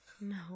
no